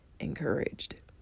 encouraged